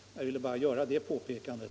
Jag ville bara göra det påpekandet.